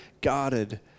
guarded